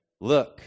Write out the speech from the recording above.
Look